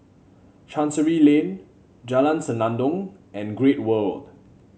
Chancery Lane Jalan Senandong and Great World